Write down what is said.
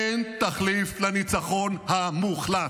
אין תחליף לניצחון המוחלט.